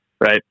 right